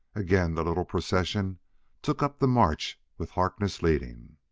again the little procession took up the march with harkness leading.